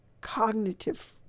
cognitive